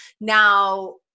Now